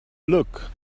look